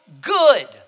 good